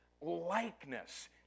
likeness